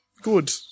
good